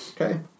Okay